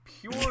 pure